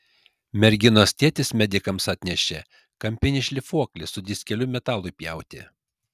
merginos tėtis medikams atnešė kampinį šlifuoklį su diskeliu metalui pjauti